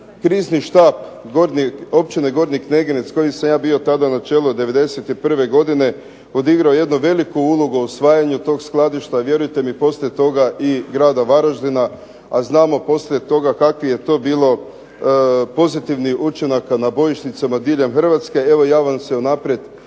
Krizni štab općine Gornji Kneginjec kojem sam ja bio tada na čelu '91. godine odigrao jednu veliku ulogu u osvajanju tog skladišta, vjerujte mi poslije toga i grada Varaždina. A znamo poslije toga kakvi je to bilo pozitivnih učinaka na bojišnicama diljem Hrvatske, evo ja vam se unaprijed